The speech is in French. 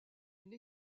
une